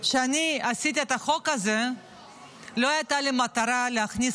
כשאני עשיתי את החוק הזה לא הייתה לי מטרה להכניס